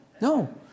no